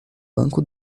banco